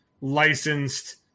licensed